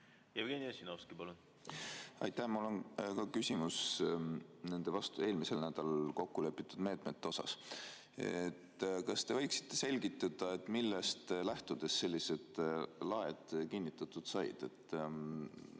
Jevgeni Ossinovski, palun! Aitäh! Mul on ka küsimus nende eelmisel nädalal kokkulepitud meetmete kohta. Kas te võiksite selgitada, millest lähtudes sellised laed kinnitatud said?